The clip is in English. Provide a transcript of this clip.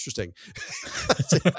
interesting